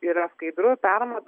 yra skaidru permatoma